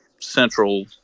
central